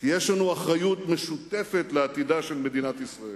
כי יש לנו אחריות משותפת לעתידה של מדינת ישראל.